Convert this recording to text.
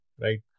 right